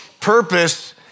purpose